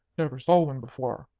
never saw one before,